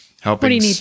helping